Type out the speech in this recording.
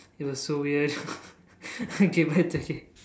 it was so weird okay but it's okay